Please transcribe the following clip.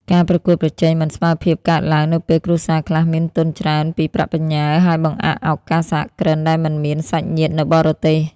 ការប្រកួតប្រជែងមិនស្មើភាពកើតឡើង នៅពេលគ្រួសារខ្លះមានទុនច្រើនពីប្រាក់បញ្ញើ ហើយបង្អាក់ឱកាសសហគ្រិនដែលមិនមានសាច់ញាតិនៅបរទេស។